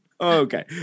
Okay